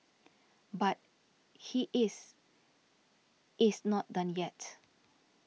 but he is is not done yet